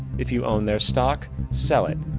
if you own their stock, sell it.